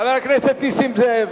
חבר הכנסת נסים זאב,